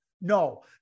no